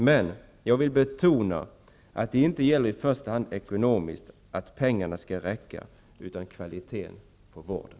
Men jag vill betona att det inte i första hand gäller ekonomi, att pengarna skall räcka, utan kvaliteten på vården.